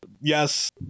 yes